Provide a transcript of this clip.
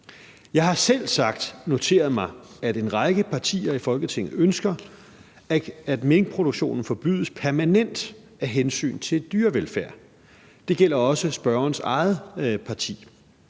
Jeg har selvsagt noteret mig, at en række partier i Folketinget ønsker, at minkproduktionen forbydes permanent af hensyn til dyrevelfærd. Det gælder også spørgerens eget parti.